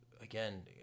again